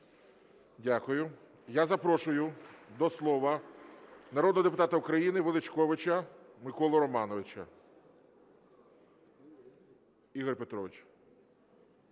Дякую. Я запрошую до слова народного депутата України Величковича Миколу Романовича. Ігор Петрович,